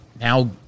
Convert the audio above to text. now